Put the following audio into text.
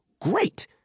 great